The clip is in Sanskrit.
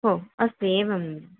ओ अस्तु एवं